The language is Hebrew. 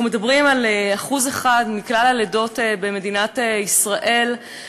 אנחנו מדברים על 1% מכלל הלידות במדינת ישראל,